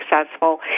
successful